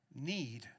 need